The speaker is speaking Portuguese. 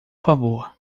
favor